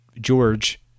George